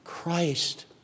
Christ